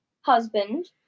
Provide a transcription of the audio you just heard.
Husband